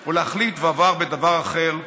או להחליף דבר בדבר אחר,